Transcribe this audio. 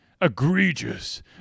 egregious